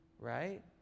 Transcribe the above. right